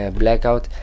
blackout